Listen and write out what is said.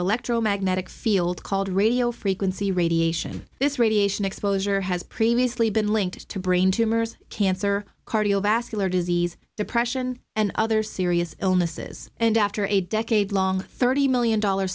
electromagnetic field called radio frequency radiation this radiation exposure has previously been linked to brain tumors cancer cardiovascular disease depression and other serious illnesses and after a decade long thirty million dollar